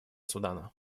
судана